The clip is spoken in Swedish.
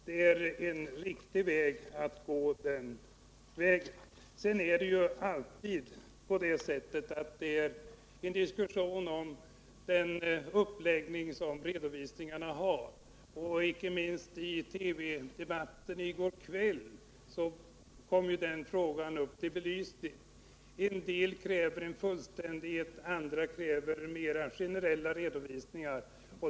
Det är en riktig väg att gå. Det förekommer alltid en diskussion om uppläggningen av redovisningarna. Inte minst i TV-debatten i går kväll blev den frågan belyst — en del kräver fullständighet, andra vill ha mer generella redovisningar.